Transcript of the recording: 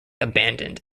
abandoned